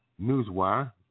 NewsWire